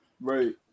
right